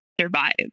survive